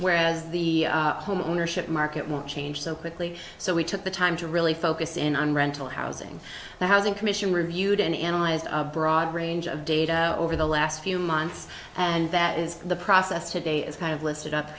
whereas the home ownership market will change so quickly so we took the time to really focus in on rental housing the housing commission reviewed and analyzed a broad range of data over the last few months and that is the process today is kind of listed up